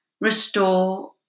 restore